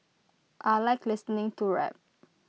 I Like listening to rap